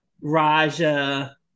Raja